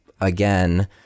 again